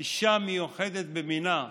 אישה מיוחדת במינה,